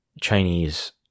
Chinese